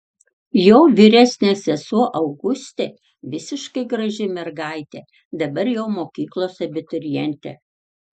jo vyresnė sesuo augustė visiškai graži mergaitė dabar jau mokyklos abiturientė